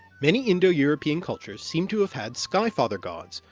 many indo-european cultures seem to have had sky-father gods,